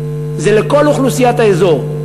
זה לכל אוכלוסיית האזור.